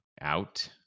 out